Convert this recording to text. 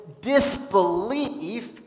disbelief